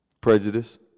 Prejudice